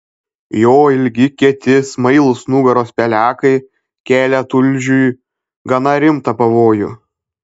jo ilgi kieti smailūs nugaros pelekai kelia tulžiui gana rimtą pavojų